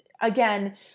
again